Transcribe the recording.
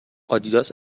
آدیداس